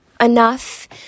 enough